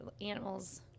animals